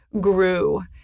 grew